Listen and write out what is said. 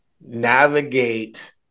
navigate